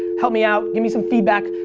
help me out. give me some feedback.